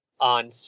on